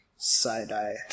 side-eye